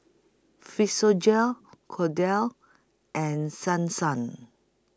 Physiogel Kordel's and Son Sun